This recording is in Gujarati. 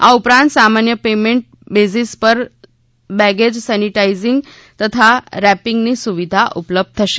આ ઉપરાંત સામાન્ય પેમેન્ટ બેસિસ પર બેગેજ સેનિટાઇજિંગ તથા રેપિંગની સુવિધા ઉપલબ્ધ થશે